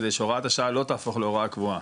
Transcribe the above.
כדי שהוראת השעה לא תהפוך להוראה קבועה.